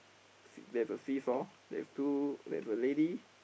see there's a seesaw there's two there's a lady